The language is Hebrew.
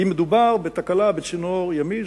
אם מדובר בתקלה בצינור ימי,